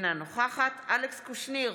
אינה נוכחת אלכס קושניר,